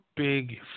Big